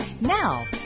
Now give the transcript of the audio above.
Now